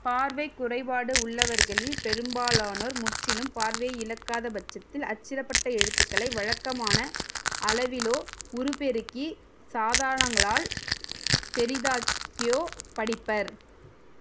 பார்வை குறைபாடு உள்ளவர்களில் பெரும்பாலானோர் முற்றிலும் பார்வை இழக்காத பட்சத்தில் அச்சிடப்பட்ட எழுத்துக்களை வழக்கமான அளவிலோ உருப்பெருக்கிச் சாதானங்களால் பெரிதாக்கியோ படிப்பர்